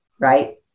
right